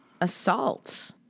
Assault